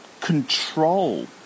control